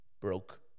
broke